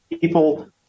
people